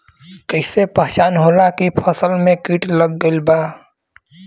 कैसे पहचान होला की फसल में कीट लग गईल बा?